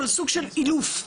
סוג של אילוף.